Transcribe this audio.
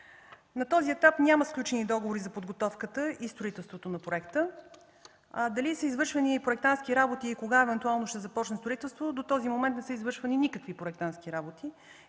На този етап няма сключени договори за подготовката и строителството на проекта. Дали са извършвани проектантски работи и кога евентуално ще започне строителство – до този момент не са извършвани никакви проектантски работи.